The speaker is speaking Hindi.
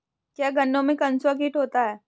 क्या गन्नों में कंसुआ कीट होता है?